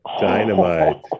Dynamite